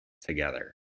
together